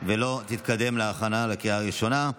ולא תתקדם להכנה לקריאה ראשונה.